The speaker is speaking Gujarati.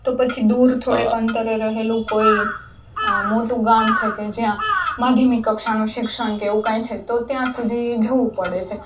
તો પછી દૂર થોડેક અંતરે રહેલું કોઈ મોટું ગામ છે કે જ્યાં માધ્યમિક કક્ષાનું શિક્ષણ કે એવું કાંઈ છે તો ત્યાં સુધી જવું પડે છે